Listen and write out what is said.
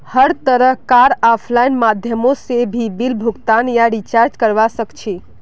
हर तरह कार आफलाइन माध्यमों से भी बिल भुगतान या रीचार्ज करवा सक्छी